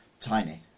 tiny